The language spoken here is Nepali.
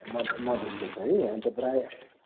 म मधेसको छ है अन्त प्रायः